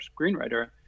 screenwriter